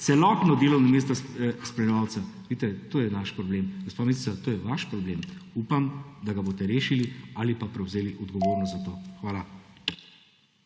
celotno delovno mesto spremljevalca. Vidite, to je naš problem. Gospa ministrica, to je vaš problem. Upam, da ga boste rešili ali pa prevzeli odgovornost za to. Hvala.